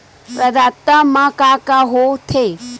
प्रदाता मा का का हो थे?